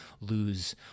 lose